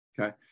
okay